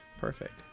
Perfect